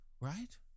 right